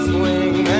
Swing